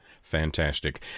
Fantastic